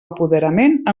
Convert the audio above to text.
apoderament